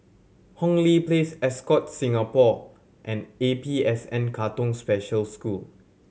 Hong Lee Place Ascott Singapore and A P S N Katong Special School